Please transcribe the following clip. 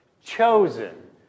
Chosen